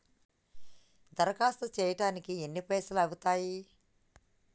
దరఖాస్తు చేయడానికి ఎన్ని పైసలు అవుతయీ?